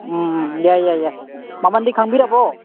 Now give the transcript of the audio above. ꯎꯝ ꯌꯥꯏ ꯌꯥꯏ ꯌꯥꯏ ꯃꯃꯟꯗꯤ ꯈꯪꯕꯤꯔꯕꯣ